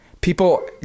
people